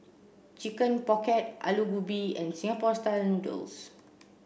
chicken pocket Aloo Gobi and Singapore style noodles